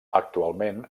actualment